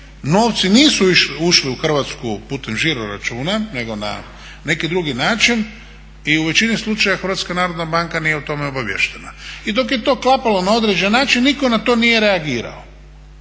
novci nisu ušli u Hrvatsku putem žiroračuna nego na neki drugi način i u većini slučajeva HNB nije o tome obaviještena. I dok je to klapalo na određen način nitko na to nije reagirao,